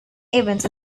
events